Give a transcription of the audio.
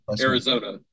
Arizona